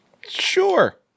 Sure